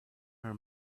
her